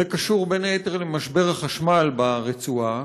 זה קשור בין היתר למשבר החשמל ברצועה,